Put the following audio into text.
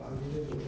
um